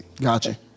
Gotcha